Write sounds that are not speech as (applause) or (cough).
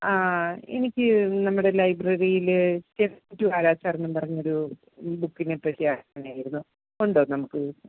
ആ എനിക്ക് നമ്മുടെ ലൈബ്രറിയിലെ (unintelligible) ടു ആരാച്ചാർ എന്നും പറഞ്ഞൊരു ബുക്കിനെപ്പറ്റി അറിയാൻ വേണ്ടി ആയിരുന്നു ഉണ്ടോ നമുക്ക്